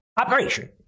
operation